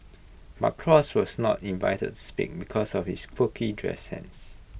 but cross was not invited to speak because of his quirky dress sense